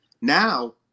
Now